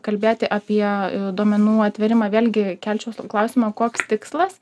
kalbėti apie duomenų atvėrimą vėlgi kelčiau klausimą o koks tikslas